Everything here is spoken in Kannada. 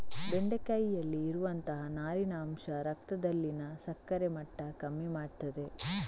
ಬೆಂಡೆಕಾಯಿಯಲ್ಲಿ ಇರುವಂತಹ ನಾರಿನ ಅಂಶ ರಕ್ತದಲ್ಲಿನ ಸಕ್ಕರೆ ಮಟ್ಟ ಕಮ್ಮಿ ಮಾಡ್ತದೆ